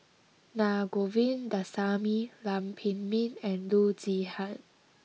Na Govindasamy Lam Pin Min and Loo Zihan